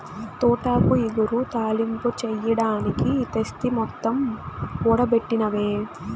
తోటాకు ఇగురు, తాలింపు చెయ్యడానికి తెస్తి మొత్తం ఓడబెట్టినవే